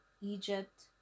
Egypt